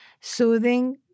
soothing